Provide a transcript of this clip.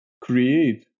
create